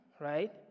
right